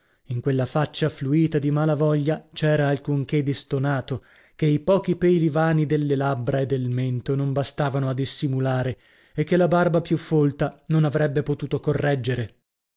in quella faccia fluita di mala voglia c'era alcun che di stonato che i pochi peli vani delle labbra e del mento non bastavano a dissimulare e che la barba più folta non avrebbe potuto correggere